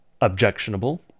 Objectionable